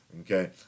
okay